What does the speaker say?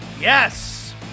Yes